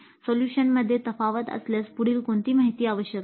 सोल्यूशनमध्ये तफावत असल्यास पुढील कोणती माहिती आवश्यक आहे